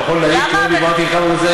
לא דיברתי עם סילבן.